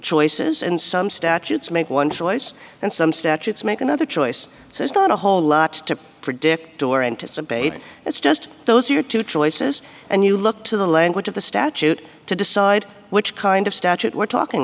choices and some statutes make one choice and some statutes make another choice so it's not a whole lot to predict or anticipate it's just those are your two choices and you look to the language of the statute to decide which kind of statute we're talking